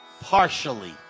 partially